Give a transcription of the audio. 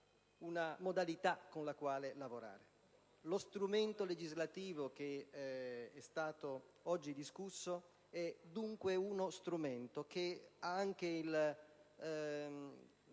di esprimere una modalità con la quale lavorare. Lo strumento legislativo che è stato oggi discusso è dunque uno strumento che ha anche la